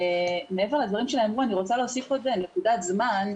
מעבר לדברים שנאמרו אני רוצה להוסיף עוד נקודת זמן.